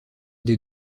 des